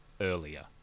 earlier